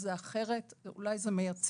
זה אחרת, אולי זה מייצר